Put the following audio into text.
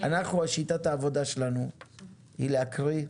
שיטת העבודה שלנו היא להקריא,